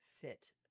fit